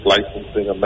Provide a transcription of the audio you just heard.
Licensing